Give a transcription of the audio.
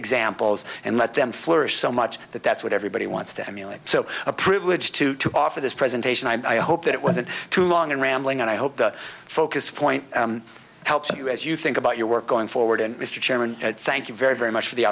examples and let them flourish so much that that's what everybody wants to emulate so privileged to to offer this presentation i hope it wasn't too long and rambling and i hope the focus point helps you as you think about your work going forward and mr chairman thank you very very much for the